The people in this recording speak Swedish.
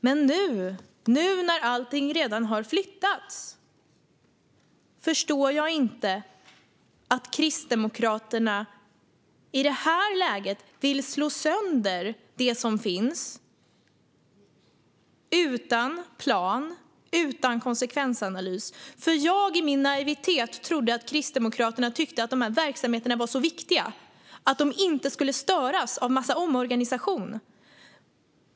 Men nu när allt redan har flyttats förstår jag inte varför Kristdemokraterna vill slå sönder det som finns utan plan och konsekvensanalys. Jag i min naivitet trodde att Kristdemokraterna tyckte att dessa verksamheter var så viktiga att de inte skulle störas av en massa omorganisation.